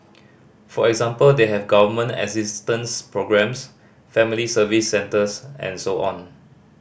for example they have Government assistance programmes family Service Centres and so on